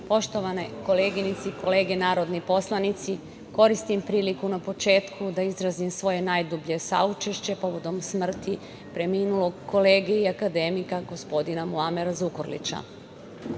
koleginice i kolege narodni poslanici, koristim priliku na početku da izrazim svoje najdublje saučešće povodom smrti preminulog kolege i akademika gospodina Muamera Zukorlića. Moje